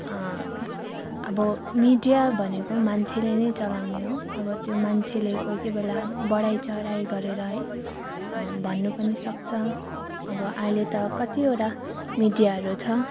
अब मिडिया भनेको मान्छेले नै चलाउने हो अब त्यो मान्छेले कोही कोही बेला बढाई चढाई गरेर है भन्नु पनि सक्छ अब अहिले त कतिवटा मिडियाहरू छ